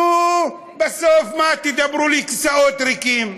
נו, בסוף, מה, תדברו לכיסאות ריקים.